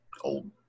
old